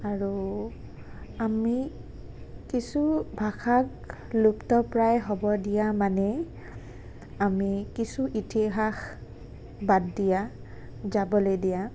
আৰু আমি কিছু ভাষাক লুপ্তপ্ৰায় হ'ব দিয়া মানেই আমি কিছু ইতিহাস বাদ দিয়া যাবলৈ দিয়া